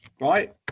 Right